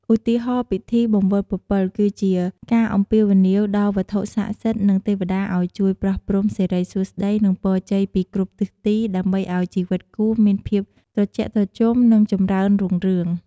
ឧទាហរណ៍ ពិធីបង្វិលពពិល គឺជាការអំពាវនាវដល់វត្ថុស័ក្តិសិទ្ធិ និងទេវតាឱ្យជួយប្រោះព្រំសិរីសួស្តី និងពរជ័យពីគ្រប់ទិសទី ដើម្បីឱ្យជីវិតគូមានភាពត្រជាក់ត្រជុំ និងចម្រើនរុងរឿង។